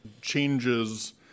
changes